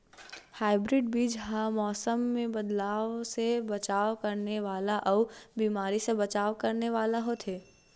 hybrid बीज हा मौसम मे बदलाव से बचाव करने वाला अउ बीमारी से बचाव करने वाला होथे